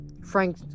Frank